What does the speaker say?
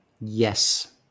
Yes